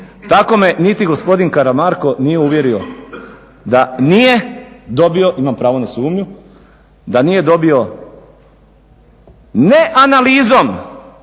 Tako me niti gospodin Karamarko nije uvjerio da nije dobio, imam pravo na sumnju, da nije dobio ne analizom